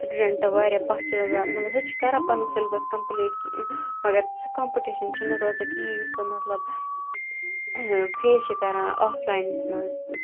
student واریاہ پَتھ چھُ روزان مَطلَب سُہ تہِ چھُ کَران پَنُن سیلبَس کَمپلیٖٹ مَگَر سُہ کَمپِٹِشَن چھُ نہٕ روزان کِہِنۍ یُس سُہ مَطلَب پھیس چھُ کَران آفلَاینَس مَنٛز